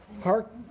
Park